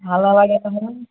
ভালো লাগে নহয়